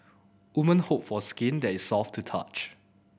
woman hope for skin that is soft to touch